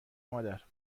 مادر